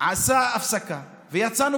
עשה הפסקה ויצאנו